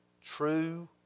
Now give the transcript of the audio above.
true